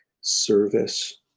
service